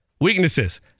weaknesses